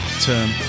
term